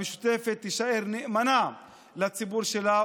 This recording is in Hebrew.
המשותפת תישאר נאמנה לציבור שלה,